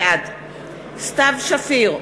בעד סתיו שפיר,